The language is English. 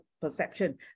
perception